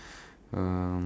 um